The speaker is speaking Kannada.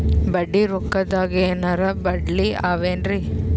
ಬಡ್ಡಿ ರೊಕ್ಕದಾಗೇನರ ಬದ್ಲೀ ಅವೇನ್ರಿ?